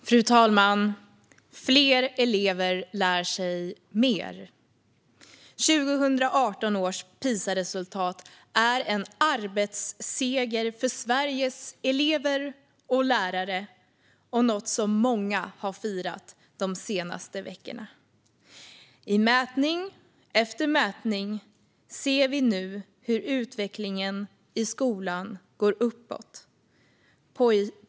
Fru talman! Fler elever lär sig mer. Resultatet från 2018 års PISA-undersökning är en arbetsseger för Sveriges elever och lärare och något som många har firat de senaste veckorna. I mätning efter mätning ser vi nu hur utvecklingen i skolan går framåt.